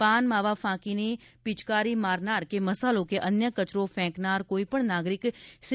પાન માવા ફાકીની પિચકારી મારનાર કે મસાલો કે અન્ય કચરો ફેકનાર કોઇ પણ નાગરીક સી